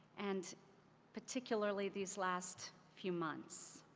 and particularly these last few months,